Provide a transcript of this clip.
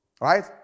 Right